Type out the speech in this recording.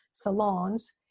salons